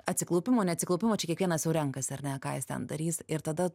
atsiklaupimų neatsiklaupimų čia kiekvienas jau renkasi ar ne ką jis ten darys ir tada